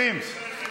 זה לא ישראל ביתנו.